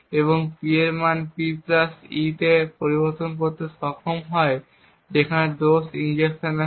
এবং P এর মান P e তে পরিবর্তন করতে সক্ষম হয় যেখানে দোষ ইনজেকশনের হয়